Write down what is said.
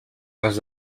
pas